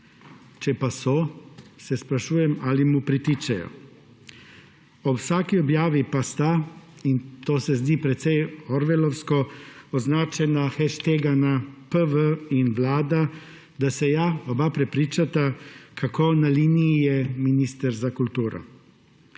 Če pa so, se sprašujem, ali mu pritičejo. Ob vsaki objavi sta, in to se zdi precej orwellovsko, označena, heštegana PV in Vlada, da se ja oba prepričata, kako na liniji je minister za kulturo.